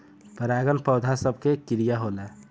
परागन पौध सभ के क्रिया होला